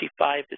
55